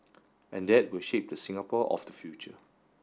and that will shape the Singapore of the future